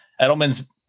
Edelman's